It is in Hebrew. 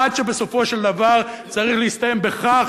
עד שבסופו של דבר זה צריך להסתיים בכך